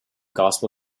gospel